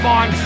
on